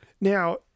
now